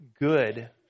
good